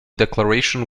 declarations